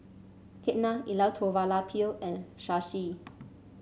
Ketna Elattuvalapil and Shashi